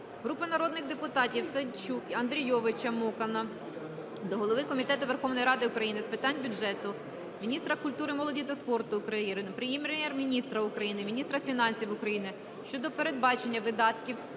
Групи народних депутатів (Савчук, Андрійовича, Мокана) до голови Комітету Верховної Ради України з питань бюджету, міністра культури молоді та спорту України, Прем'єр-міністра України, міністра фінансів України щодо передбачення видатків